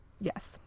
Yes